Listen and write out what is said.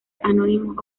anónimos